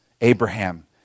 Abraham